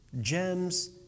gems